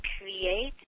create